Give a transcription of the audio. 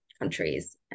countries